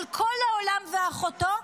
על כל העולם ואחותו,